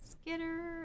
Skitter